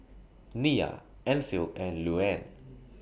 Nia Ancil and Luanne